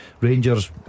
Rangers